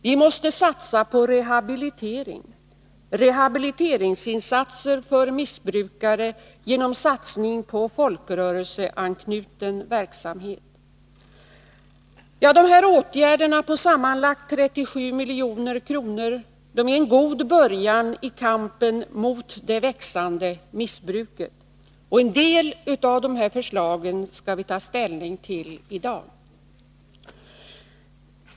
Vi måste satsa på rehabilitering Dessa åtgärder på sammanlagt 37 milj.kr. är en god början i kampen mot det växande missbruket. En del av dessa förslag skall vi ta ställning till i dag.